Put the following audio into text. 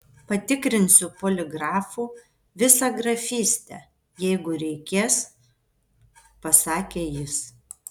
patikrinsiu poligrafu visą grafystę jeigu reikės pasakė jis